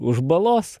už balos